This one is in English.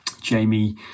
Jamie